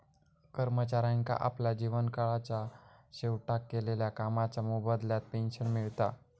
कर्मचाऱ्यांका आपल्या जीवन काळाच्या शेवटाक केलेल्या कामाच्या मोबदल्यात पेंशन मिळता